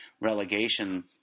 relegation